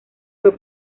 fue